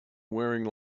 wearing